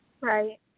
Right